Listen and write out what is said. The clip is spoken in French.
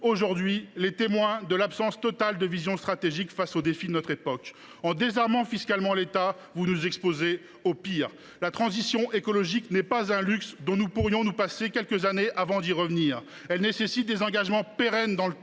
aujourd’hui témoins de l’absence totale de vision stratégique face aux défis de notre époque. En désarmant fiscalement l’État, vous nous exposez au pire. La transition écologique n’est pas un luxe dont nous pourrions nous passer quelques années avant d’y revenir. Elle nécessite des engagements pérennes dans le